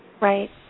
right